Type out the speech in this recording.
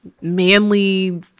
manly